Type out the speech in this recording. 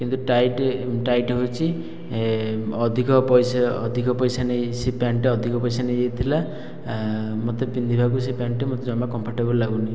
କିନ୍ତୁ tight tight ହେଉଛି ଅଧିକ ପଇସା ଅଧିକ ପଇସା ନେଇ ସେ ପ୍ୟାଣ୍ଟଟା ଅଧିକ ପଇସା ନେଇଯାଇଥିଲା ମୋତେ ପିନ୍ଧିବାକୁ ସେ ପ୍ୟାଣ୍ଟଟି ଜମା କମ୍ଫର୍ଟେବଲ୍ ଲାଗୁନାହିଁ